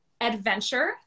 adventure